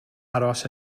aros